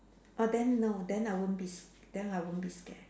err then no then I won't be s~ then I won't be scared